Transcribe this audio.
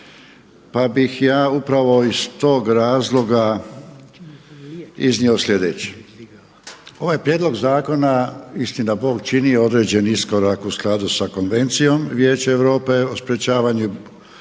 pa bih ja upravo iz tog razloga iznio slijedeće: ovaj prijedlog zakona istina Bog čini određeni iskorak u skladu sa Konvencijom Vijeća Europe o sprječavanju i